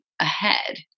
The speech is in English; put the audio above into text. ahead